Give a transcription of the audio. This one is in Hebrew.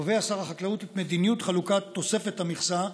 קובע שר החקלאות את מדיניות חלוקת תוספת המכסה,